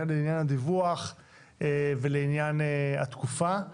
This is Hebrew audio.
לעניין הדיווח ולעניין התקופה.